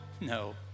No